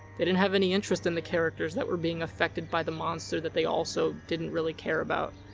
they didn't have any interest in the characters that were being affect by the monster that they also didn't really care about.